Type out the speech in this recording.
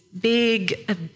big